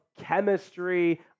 chemistry